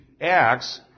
Acts